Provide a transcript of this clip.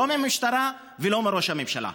לא מהמשטרה ולא מראש הממשלה.